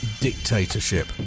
dictatorship